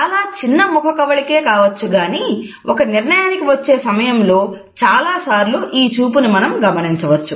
చాలా చిన్న ముఖకవళికే కావచ్చు గాని ఒక నిర్ణయానికి వచ్చే సమయంలో చాలాసార్లు ఈ చూపు ను మనం గమనించవచ్చు